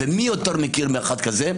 ומי יותר מכיר מאחד כזה?